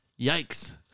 yikes